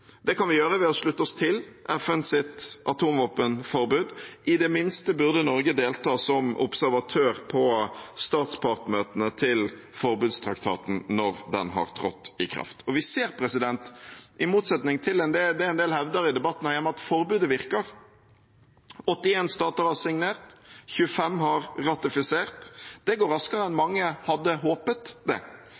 Det kan vi gjøre ved å slutte oss til FNs atomvåpenforbud. I det minste burde Norge delta som observatør på statspartsmøtene til forbudstraktaten når den har trådt i kraft. Og vi ser – i motsetning til det en del hevder i debatten her hjemme – at forbudet virker. 81 stater har signert, 25 har ratifisert. Det går raskere enn mange hadde håpet. Og vi ser at det